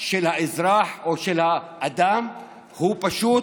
של האזרח או של האדם הוא פשוט,